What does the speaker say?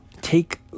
take